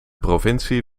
provincie